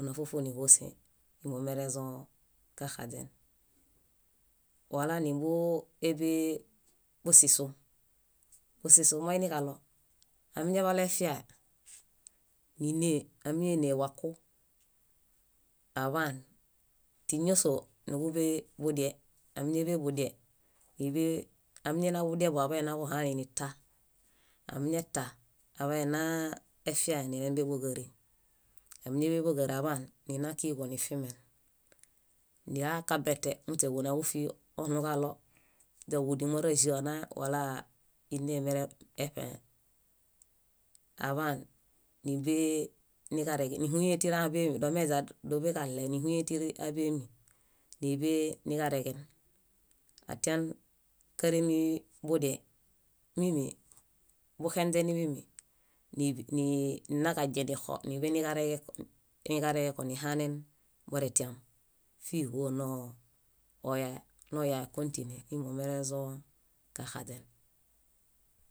ona fúlu fúlu níhosee ímo merezõ kaxaźen. Wala nímbuḃee busisu. Busisu moiniġaɭo amiñaḃalo efiae, nínee, amiñaene waku aḃaan, tíñasoo níġuḃeḃudiẽ. Ámiñaḃeḃudiẽ, amiñanaḃubiembo aḃaninaġuhalinita. Amiñeta aḃainaa efiae nilembe bóġaree. Ámiñaḃeboġaree aḃaan nina kíiġo nifimen. Nila kabete muśeġunaġúfiġi oɭũġaɭo źáġudi máreĵa onae wala inemiree ṗẽe. Aḃaan níḃee niġareġe níhuyẽe tíriaḃeemi domeźadoḃeġaɭe níhuyẽe tíriaḃeemi níḃee niġareġen. Atian káree nibudiẽi mími buxenźeni mími ní- nii- ninagaźie nixo níḃe niġareġẽko nihanen boretiam. Fíhua noyae, noyae kõtine ímoo merezõ kaxaźen.